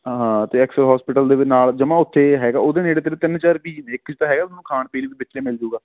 ਹਾਂ ਅਤੇ Excel hospital ਦੇ ਵੀ ਨਾਲ ਜਮਾਂ ਉਥੇ ਹੈਗਾ ਉਹਦੇ ਨੇੜੇ ਤੇੜੇ ਤਿੰਨ ਚਾਰ ਪੀ ਜੀ ਨੇ ਇੱਕ 'ਚ ਤਾਂ ਹੈਗਾ ਤੁਹਾਨੂੰ ਖਾਣ ਪੀਣ ਵੀ ਵਿੱਚੇ ਮਿਲ ਜੂਗਾ